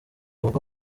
ubwo